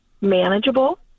manageable